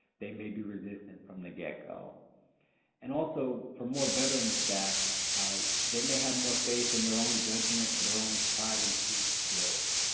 they may be resistant from the get-go and also for more veteran staff they may have more faith in their own judgment or their own tried and true skills.